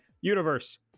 universe